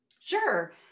Sure